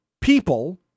people